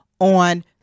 on